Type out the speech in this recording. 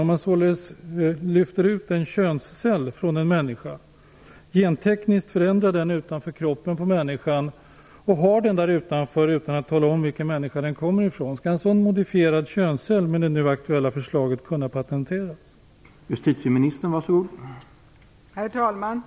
Om man således lyfter ut en könscell från en människa, gentekniskt förändrar cellen utanför människokroppen och förvarar cellen utanför kroppen utan att tala om vilken människa den kommer ifrån, skall en sådan modifierad könscell kunna patenteras enligt det nu aktuella förslaget?